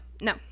no